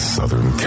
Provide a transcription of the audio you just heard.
Southern